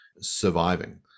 surviving